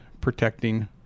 protecting